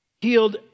healed